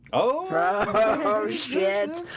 oh shit